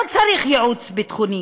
לא צריך ייעוץ ביטחוני